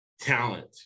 talent